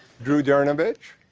drew dernavich.